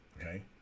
Okay